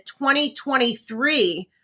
2023